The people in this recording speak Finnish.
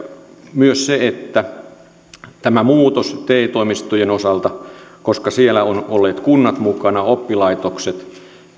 myös se että on tämä muutos te toimistojen osalta koska siellä ovat olleet kunnat mukana oppilaitokset